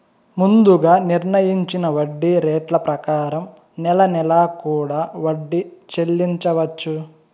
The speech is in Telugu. ముందుగా నిర్ణయించిన వడ్డీ రేట్ల ప్రకారం నెల నెలా కూడా వడ్డీ చెల్లించవచ్చు